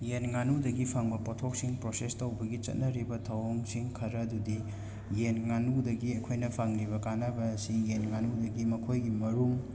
ꯌꯦꯟ ꯉꯥꯅꯨꯗꯒꯤ ꯐꯪꯕ ꯄꯣꯊꯣꯛꯁꯤꯡ ꯄ꯭ꯔꯣꯁꯦꯁ ꯇꯧꯕꯒꯤ ꯆꯠꯅꯔꯤꯕ ꯊꯧꯑꯣꯡꯁꯤꯡ ꯈꯔ ꯑꯗꯨꯗꯤ ꯌꯦꯟ ꯉꯥꯅꯨꯗꯒꯤ ꯑꯩꯈꯣꯏꯅ ꯐꯪꯂꯤꯕ ꯀꯥꯟꯅꯕ ꯑꯁꯤ ꯌꯦꯟ ꯉꯥꯅꯨꯗꯒꯤ ꯃꯈꯣꯏꯒꯤ ꯃꯔꯨꯝ